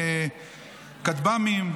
כטב"מים,